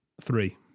three